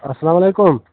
اسلام علیکُم